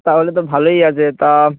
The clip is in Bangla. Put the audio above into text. তাহলে তো ভালোই আছে তা